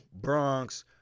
Bronx